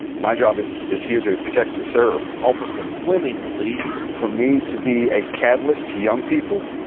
my job is is here to protect and serve. officer fleming believes for me to be a catalyst to young people,